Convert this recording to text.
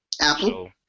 Apple